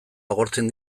agortzen